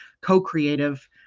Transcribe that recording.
co-creative